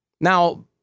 Now